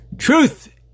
Truth